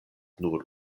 nur